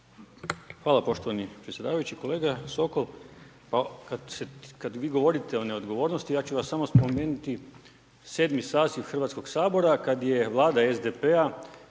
Hvala poštovani predsjedavajući, kolega Sokol kada vi govorite o neodgovornosti, ja ću vas samo spomenuti, 7 saziv Hrvatskog sabora, kada je vlada SDP-a